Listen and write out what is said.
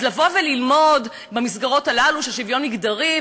אז לבוא וללמוד במסגרות הללו של שוויון מגדרי,